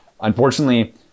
unfortunately